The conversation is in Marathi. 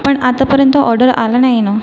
पण आतापर्यंत ऑर्डर आला नाही ना